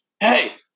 hey